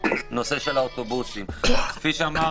כפי שאמר